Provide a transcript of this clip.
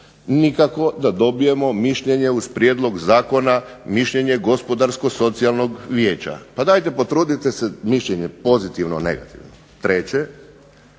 nikako da dobijemo mišljenje uz prijedlog Zakona, mišljenje socijalnog vijeća, dajte potrudite se, mišljenje pozitivno ili negativno. Treće